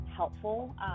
Helpful